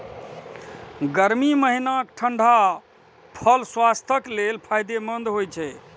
गर्मी महीनाक ठंढा फल स्वास्थ्यक लेल फायदेमंद होइ छै